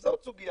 זו עוד סוגיה.